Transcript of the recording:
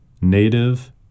native